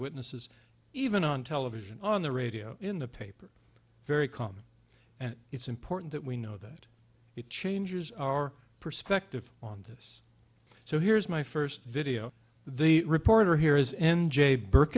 eyewitnesses even on television on the radio in the paper very calm and it's important that we know that it changes our perspective on this so here's my first video the reporter here is n j burke